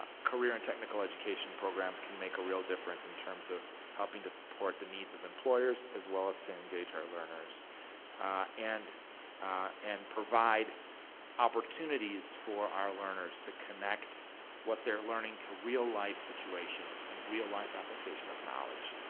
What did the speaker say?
career and technical education programs can make a real difference in terms of helping to support the needs of employers as well as to engage our learners and and provide opportunities for our learners to connect what they're learning to real life situations and real life application of knowledge.